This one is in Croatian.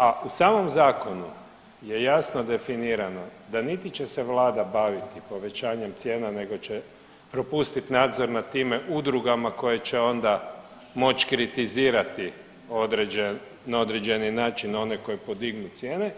A u samom zakonu je jasno definirano da niti će se vlada baviti povećanjem cijena nego će propustit nadzor nad time udrugama koje će onda moć kritizirati određeni način oni koji podignu cijene,